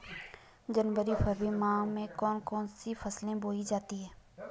जनवरी फरवरी माह में कौन कौन सी फसलें बोई जाती हैं?